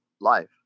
life